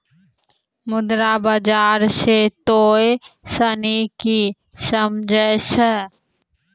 मुद्रा बाजार से तोंय सनि की समझै छौं?